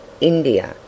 India